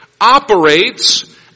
operates